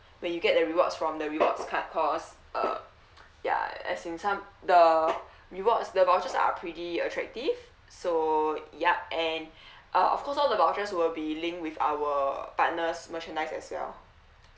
when you get the rewards from the rewards card cause uh ya as in some the rewards the vouchers are pretty attractive so yup and uh of course so the vouchers will be link with our partners merchandise as well